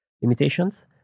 limitations